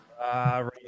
Right